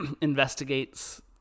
investigates